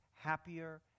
happier